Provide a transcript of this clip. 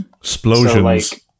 explosions